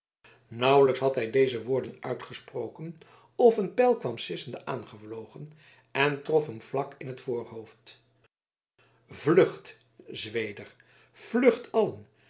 nauwelijks had hij deze woorden uitgesproken of een pijl kwam sissende aangevlogen en trof hem vlak in t voorhoofd vlucht zweder vlucht